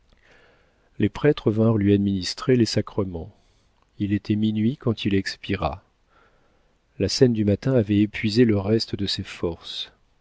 les prêtres vinrent lui administrer les sacrements il était minuit quand il expira la scène du matin avait épuisé le reste de ses forces